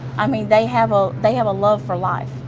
i mean, they have ah they have a love for life.